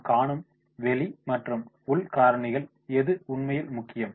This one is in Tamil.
நாம் காணும் வெளி மற்றும் உள் காரணிகளில் எது உண்மையில் முக்கியம்